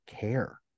care